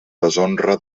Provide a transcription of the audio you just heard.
deshonra